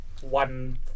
one